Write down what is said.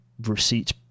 receipt